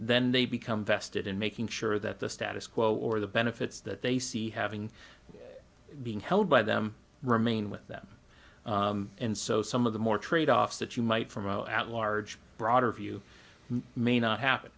then they become vested in making sure that the status quo or the benefits that they see having being held by them remain with them and so some of the more trade offs that you might from zero at large broader view may not happen